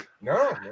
No